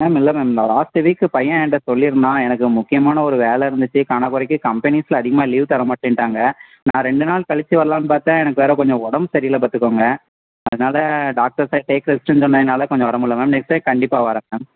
ma'am இல்லை ma'am இந்த last week பையன் என்ட்ட சொல்லியிருந்தான் எனக்கு முக்கியமான ஒரு வேலை இருந்துச்சு காணாக்குறைக்கி கம்பெனிஸில் அதிகமாக லீவ் தரமாட்டேன்னுட்டாங்க நான் ரெண்டு நாள் கழிச்சு வரலாம்னு பார்த்தேன் எனக்கு வேறு கொஞ்சம் உடம்பு சரியில்லை பார்த்துக்கோங்க அதனால் டாக்டர்ஸ் சைடு டேக் ரெஸ்டுன்றமாரினால கொஞ்சம் வரமுடியிலை மேம் நெக்ஸ்ட் டைம் கண்டிப்பாக வரேன் மேம்